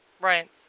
Right